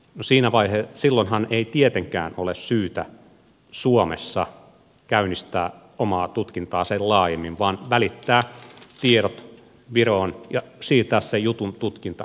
no silloinhan ei tietenkään ole syytä käynnistää suomessa omaa tutkintaa sen laajemmin vaan välittää tiedot viroon ja siirtää jutun tutkinta kokonaisvaltaisesti sinne